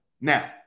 Now